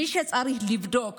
מי שצריך לבדוק